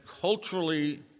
culturally